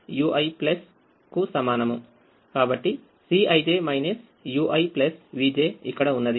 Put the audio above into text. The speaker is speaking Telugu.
కాబట్టి Cij uivj ఇక్కడ ఉన్నది